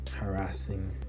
harassing